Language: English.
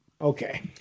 okay